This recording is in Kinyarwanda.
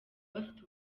bafite